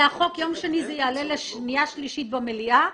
ביום שני זה יעלה לקריאה שנייה ושלישית במליאה,